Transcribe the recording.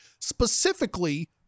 specifically